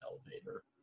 Elevator